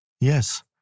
Yes